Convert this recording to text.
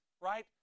Right